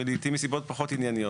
ולעתים מסיבות פחות ענייניות,